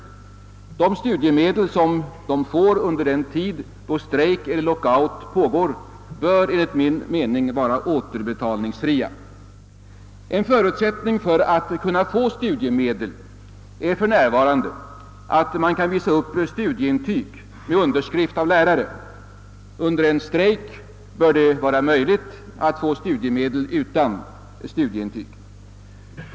De studiemedel som de får under den tid strejk eller lockout pågår bör enligt min mening vara återbetalningsfria. En förutsättning för att kunna få studiemedel är för närvarande att man kan uppvisa studieintyg med underskrift av lärare. Under en strejk bör det vara möjligt att få studiemedel utan studieintyg.